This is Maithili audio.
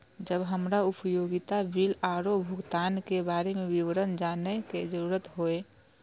जब हमरा उपयोगिता बिल आरो भुगतान के बारे में विवरण जानय के जरुरत होय?